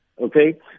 Okay